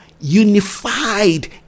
unified